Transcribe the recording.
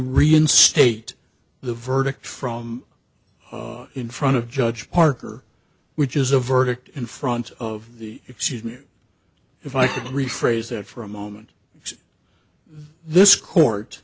reinstate the verdict from in front of judge parker which is a verdict in front of the excuse me if i could rephrase that for a moment this court